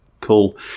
Cool